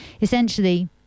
Essentially